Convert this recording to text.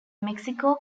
mexico